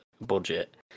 budget